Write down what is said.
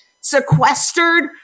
sequestered